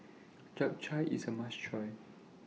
Japchae IS A must Try